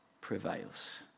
prevails